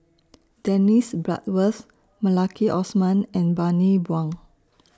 Dennis Bloodworth Maliki Osman and Bani Buang